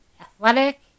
athletic